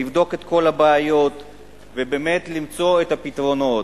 לבדוק את כל הבעיות ובאמת למצוא את הפתרונות.